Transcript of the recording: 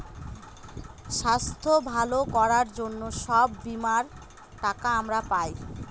স্বাস্থ্য ভালো করার জন্য সব বীমার টাকা আমরা পায়